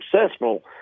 successful